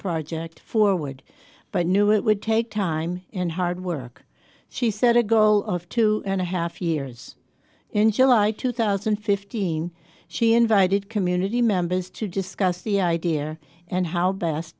project forward but knew it would take time and hard work she said a goal of two and a half years in july two thousand and fifteen she invited community members to discuss the idea and how